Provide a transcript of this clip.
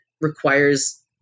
requires